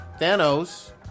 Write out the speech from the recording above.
Thanos